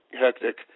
hectic